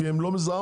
כי הן לא מזהמות.